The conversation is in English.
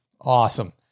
Awesome